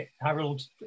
Harold